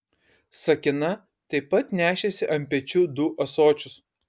sakina taip pat nešėsi ant pečių du ąsočius